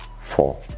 Four